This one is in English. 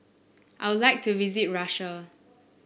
I would like to visit Russia